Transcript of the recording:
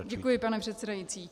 Děkuji, pane předsedající.